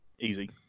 Easy